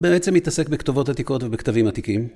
בעצם מתעסק בכתובות עתיקות ובכתבים עתיקים.